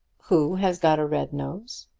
who has got a red nose?